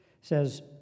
says